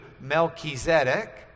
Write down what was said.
Melchizedek